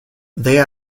they